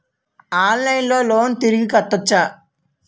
ఆన్లైన్లో లోన్ తిరిగి కట్టోచ్చా?